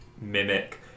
mimic